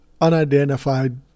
unidentified